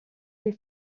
les